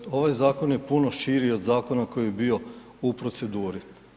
Dakle, ovaj zakon je puno širi od zakona koji je bio u proceduri.